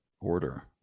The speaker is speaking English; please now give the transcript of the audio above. order